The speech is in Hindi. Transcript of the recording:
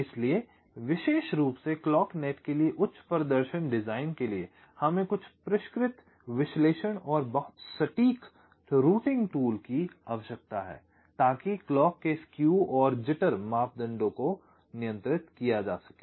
इसलिए विशेष रूप से क्लॉक नेट के लिए उच्च प्रदर्शन डिजाइन के लिए हमें कुछ परिष्कृत विश्लेषण और बहुत सटीक रूटिंग टूल की आवश्यकता है ताकि घड़ी के स्केव और जिटर मापदंडों को नियंत्रित किया जा सके